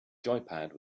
joypad